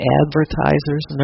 advertisers